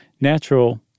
natural